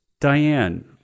Diane